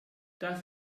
das